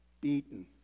beaten